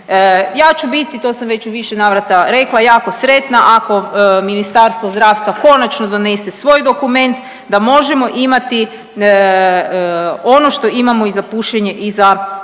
Ja ću biti, to sam već u više navrata rekla jako sretna ako Ministarstvo zdravstva konačno donese svoj dokument da možemo imati ono što imamo i za pušenje i za